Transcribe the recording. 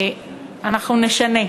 אנחנו נשנה.